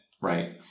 right